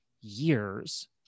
years